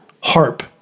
HARP